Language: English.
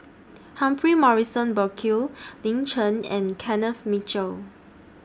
Humphrey Morrison Burkill Lin Chen and Kenneth Mitchell